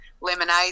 lemonade